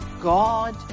God